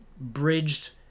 bridged